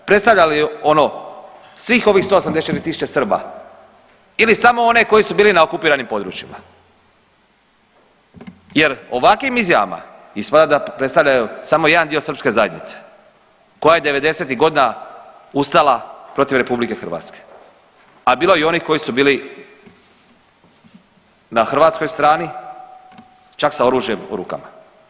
Predstavlja li ono svih ovih 184.000 Srba ili samo one koji su bili na okupiranim područjima jer ovakvim izjavama ispada da predstavljaju samo jedan dio srpske zajednice koja je devedesetih godina ustala protiv RH, a bilo je i onih koji su bili na hrvatskoj strani čak sa oružjem u rukama.